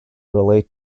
relate